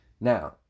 Now